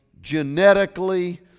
genetically